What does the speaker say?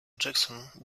jackson